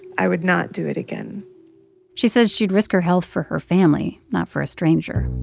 i would not do it again she says she'd risk her health for her family, not for a stranger.